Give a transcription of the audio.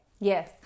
Yes